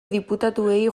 diputatuei